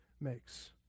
makes